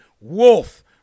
Wolf